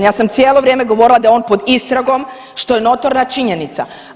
Ja sam cijelo vrijeme govorila da je on pod istragom što je notorna činjenica.